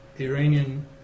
Iranian